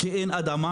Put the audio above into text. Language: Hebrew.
כי אין אדמה?